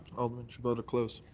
alderman chabot to close.